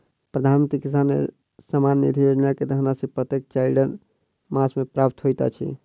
प्रधानमंत्री किसान सम्मान निधि योजना के धनराशि प्रत्येक चाइर मास मे प्राप्त होइत अछि